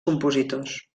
compositors